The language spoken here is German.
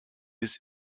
bis